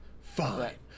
Fine